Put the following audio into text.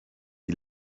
die